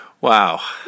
Wow